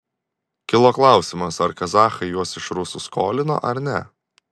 kilo klausimas ar kazachai juos iš rusų skolino ar ne